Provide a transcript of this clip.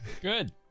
good